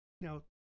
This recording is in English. Now